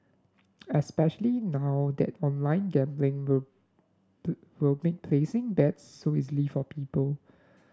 especially now that online gambling will will make placing bets so easily for people